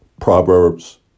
Proverbs